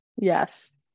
Yes